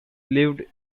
lived